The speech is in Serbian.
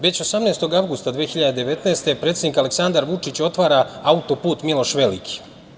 Već 18. avgusta 2019. godine predsednik Aleksandar Vučić otvara auto-put „Miloš Veliki“